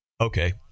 okay